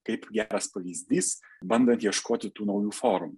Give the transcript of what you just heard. kaip geras pavyzdys bandant ieškoti tų naujų formų